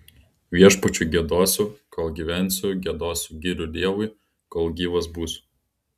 viešpačiui giedosiu kol gyvensiu giedosiu gyrių dievui kol gyvas būsiu